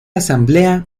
asamblea